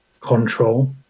control